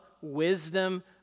wisdom